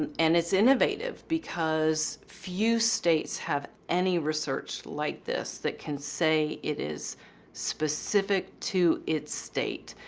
and and it's innovative because few states have any research like this that can say it is specific to its state.